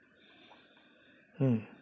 mm